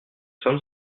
sommes